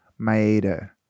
Maeda